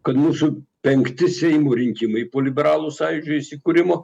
kad mūsų penkti seimo rinkimai po liberalų sąjūdžio įsikūrimo